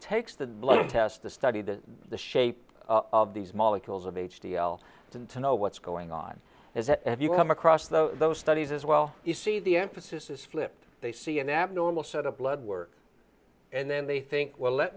takes the blood test the study that the shape of these molecules of h d l and to know what's going on is that if you come across those those studies as well you see the emphasis is flipped they see an abnormal set of blood work and then they think well let